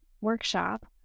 workshop